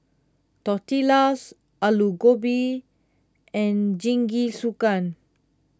Tortillas Alu Gobi and Jingisukan